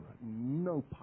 No